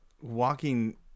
walking